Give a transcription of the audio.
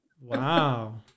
Wow